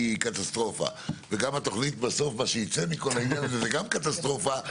קטסטרופה וגם התכנית ובסוף מה שיצא מכול העניין הזה זה גם קטסטרופה,